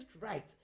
right